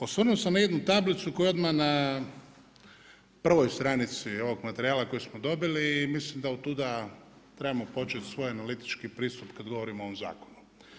Osvrnuo bi se na jednu tablicu koja odmah na prvoj stranici ovog materijala kojeg smo dobili, mislim da od tuda trebamo početi svoj analitički pristup kada govorimo o ovom zakonu.